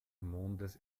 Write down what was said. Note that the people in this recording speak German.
mondes